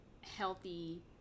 healthy